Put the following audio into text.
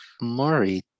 Murray